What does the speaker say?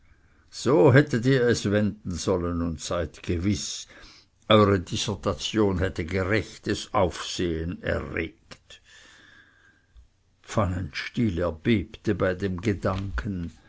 so hättet ihr es wenden sollen und seid gewiß eure dissertation hätte gerechtes aufsehen erregt pfannenstiel erbebte bei dem gedanken